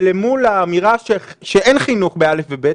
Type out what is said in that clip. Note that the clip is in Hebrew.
למול האמירה שאין חינוך ב-א' וב-ב',